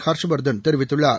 ஹர்ஷ்வர்தன் தெரிவித்துள்ளார்